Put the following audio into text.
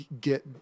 get